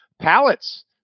pallets